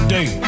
Day